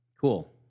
cool